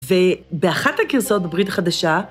‫ובאחת הגרסאות בברית החדשה,